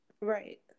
right